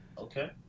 Okay